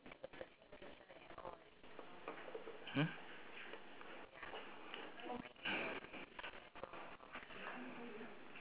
beach mm